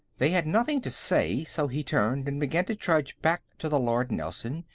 they had nothing to say, so he turned and began to trudge back to the lord nelson,